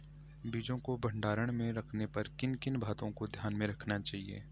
बीजों को भंडारण में रखने पर किन किन बातों को ध्यान में रखना चाहिए?